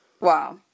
Wow